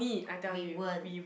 we weren't